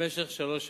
במשך שלוש שנים.